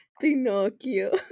Pinocchio